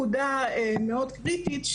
נקודה מאוד קריטית,